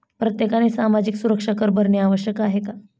प्रत्येकाने सामाजिक सुरक्षा कर भरणे आवश्यक आहे का?